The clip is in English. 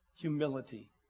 humility